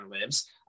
Lives